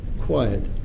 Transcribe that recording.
quiet